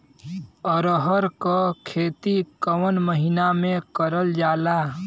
अरहर क खेती कवन महिना मे करल जाला?